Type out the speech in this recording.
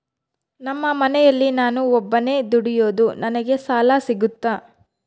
ನಮ್ಮ ಮನೆಯಲ್ಲಿ ನಾನು ಒಬ್ಬನೇ ದುಡಿಯೋದು ನನಗೆ ಸಾಲ ಸಿಗುತ್ತಾ?